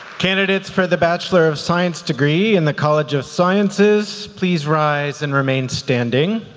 candidates for the bachelor of science degree in the college of sciences please rise and remain standing.